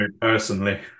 Personally